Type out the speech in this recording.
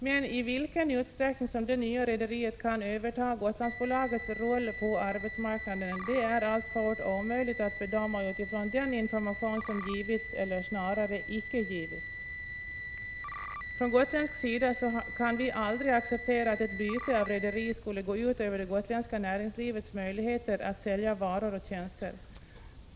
Men i vilken utsträckning som detta nya rederi kan överta Gotlandsbolagets roll på arbetsmarknaden är alltfort omöjligt att bedöma utifrån den information som givits, eller snarare inte givits. Från gotländsk sida kan vi aldrig acceptera att ett byte av rederi skulle gå ut över det gotländska näringslivets möjligheter att sälja varor och tjänster.